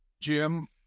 Jim